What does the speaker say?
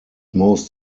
most